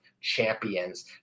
champions